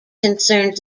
concerns